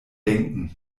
denken